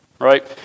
right